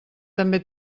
també